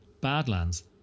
Badlands